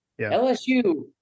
lsu